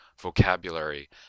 vocabulary